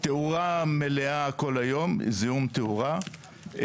תאורה מלאה כל היום זיהום תאורה,